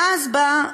ואז בא,